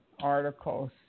articles